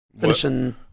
finishing